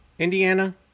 Indiana